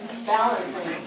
Balancing